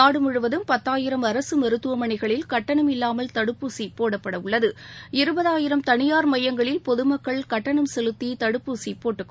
நாடு முழுவதும் பத்தாயிரம் அரசு மருத்துவமனைகளில் கட்டணம் இல்லாமல் தடுப்பூசி போடப்பட இருபதாயிரம் தனியார் மையங்களில் பொதுமக்கள் கட்டணம் செலுத்தி தடுப்பூசி போட்டுக் உள்ளது